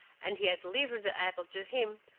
and he had delivered the apple to him,